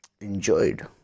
enjoyed